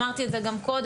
אמרתי את זה גם קודם,